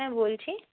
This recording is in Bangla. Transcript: হ্যাঁ বলছি